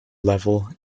level